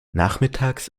nachmittags